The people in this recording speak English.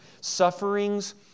Sufferings